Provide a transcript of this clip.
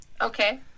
Okay